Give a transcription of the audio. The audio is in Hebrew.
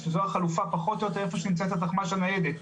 שזו החלופה פחות או יותר איפה שנמצאת התחמ"ש הניידת,